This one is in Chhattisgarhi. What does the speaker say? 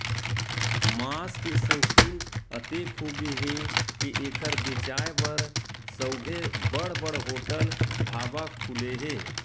मांस के सउकिन अतेक होगे हे के एखर बेचाए बर सउघे बड़ बड़ होटल, ढाबा खुले हे